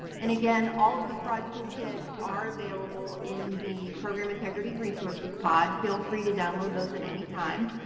and again, all of the fraud toolkits are available in the program integrity resources pod. feel free to download those at any time.